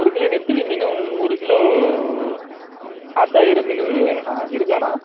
ஒரு கிலோ நெத்திலி மீனும் ஒரு கிலோ ஆத்து அயிரை மீனும் வேணுன்ணா இருக்காண்ணா